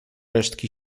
resztki